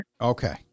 Okay